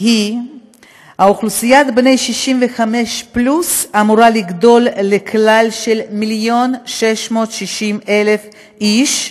היא שאוכלוסיית בני 65 פלוס אמורה לגדול לכלל מיליון ו-660,000 איש,